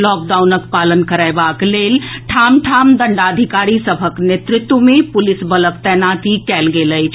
लॉकडाउनक पालन करयबाक लेल ठाम ठाम दंडाधिकारी सभक नेतृत्व मे पुलिस बलक तैनाती कयल गेल अछि